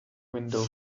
window